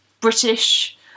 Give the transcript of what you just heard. British